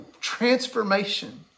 transformation